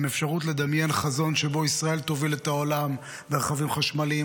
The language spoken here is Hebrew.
עם אפשרות לדמיין חזון שבו ישראל תוביל את העולם ברכבים חשמליים,